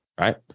right